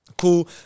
Cool